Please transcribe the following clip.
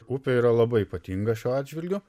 upė yra labai ypatinga šiuo atžvilgiu